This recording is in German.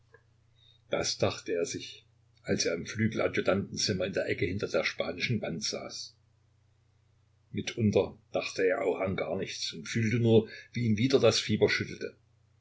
das dachte er sich als er im flügeladjutantenzimmer in der ecke hinter der spanischen wand saß mitunter dachte er auch an gar nichts und fühlte nur wie ihn wieder das fieber schüttelte